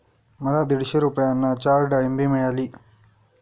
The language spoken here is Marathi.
मला दीडशे रुपयांना चार डाळींबे मिळाली